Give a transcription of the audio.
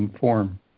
form